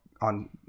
on